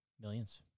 Millions